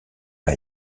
pas